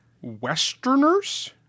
Westerners